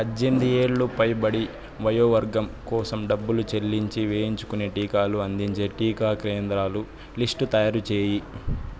పద్దెనిమిది ఏళ్ళు పైబడి వయోవర్గం కోసం డబ్బులు చెల్లించి వేయించుకునే టీకాలు అందించే టీకా కేంద్రాల లిస్టు తయారు చేయి